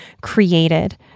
created